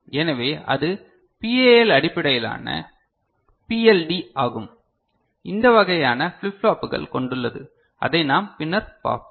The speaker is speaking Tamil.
எனவே அது பிஏஎல் அடிப்படையிலான பிஎல்டி ஆகும் இந்த வகையான ஃபிளிப் ஃப்ளாப்புகள் கொண்டுள்ளது அதை நாம் பின்னர் பார்ப்போம்